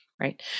Right